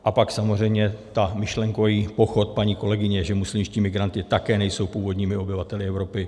A pak samozřejmě ten myšlenkový pochod paní kolegyně, že muslimští migranti také nejsou původními obyvateli Evropy atd.